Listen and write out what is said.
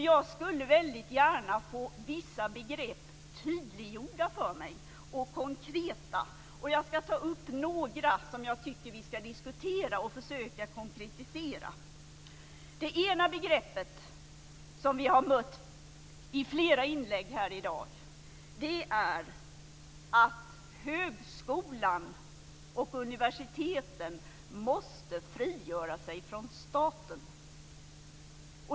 Jag skulle väldigt gärna vilja få vissa begrepp tydliggjorda och konkretiserade för mig. Jag ska ta upp några som jag tycker att vi ska diskutera och försöka att konkretisera. Det ena begreppet, som vi har mött i flera inlägg här i dag, är att högskolan och universiteten måste frigöra sig från staten.